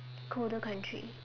colder country